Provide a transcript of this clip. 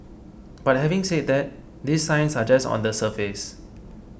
but having said that these signs are just on the surface